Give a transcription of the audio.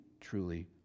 truly